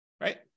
right